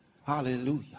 Hallelujah